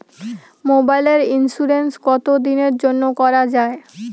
মোবাইলের ইন্সুরেন্স কতো দিনের জন্যে করা য়ায়?